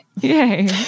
Yay